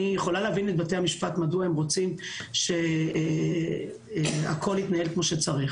אני יכולה להבין את בתי המשפט ומדוע הם רוצים שהכול יתנהל כמו שצריך